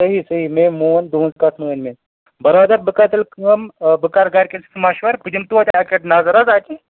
سحیح سحیح مےٚ مون تُہُنٛز کَتھ مٲنۍ مےٚ برادَر بہٕ کرٕ تیٚلہِ کٲم بہٕ کر گرِکٮ۪ن سۭتۍ مشور بہٕ دِم توتہِ اَکہِ لَٹہِ نظر حظ اَتہِ